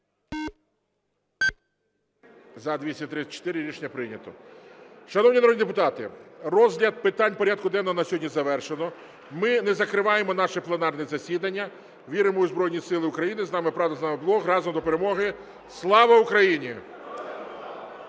За-234 Рішення прийнято. Шановні народні депутати, розгляд питань порядку денного на сьогодні завершено. Ми не закриваємо наше пленарне засідання. Віримо у Збройні Сили України. З нами правда, з нами Бог! Разом до перемоги! Слава Україні!